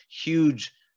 huge